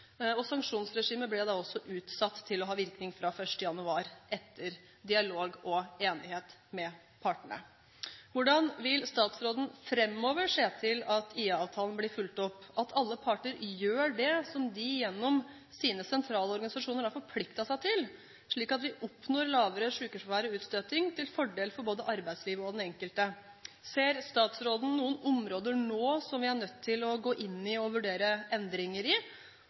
og sanksjonsregimet ble da også utsatt til å ha virkning fra 1. januar, etter dialog og enighet med partene. Hvordan vil statsråden framover se til at IA-avtalen blir fulgt opp, at alle parter gjør det som de gjennom sine sentrale organisasjoner har forpliktet seg til, slik at vi oppnår lavere sykefravær og mindre utstøting til fordel for både arbeidslivet og den enkelte? Ser statsråden noen områder nå som vi er nødt til å gå inn i og vurdere endringer i?